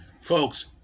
Folks